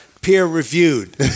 peer-reviewed